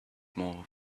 more